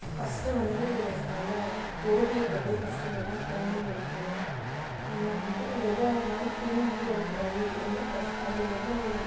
first வந்து நல்ல ஓவியர்கிட்ட போய் ஃஃபஸ்ட்டு நல்லா டிரெயினிங் எடுக்கணும் நம்ம வந்து எதாக இருந்தாலும் பின்னோக்கியே வரக்கூடாது எந்த கஸ் அதில் எவ்வளோ